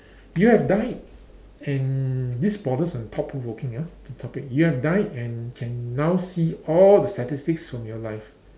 you have died and this borders on thought provoking ah the topic you have died and can now see all the statistics from your life